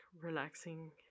relaxing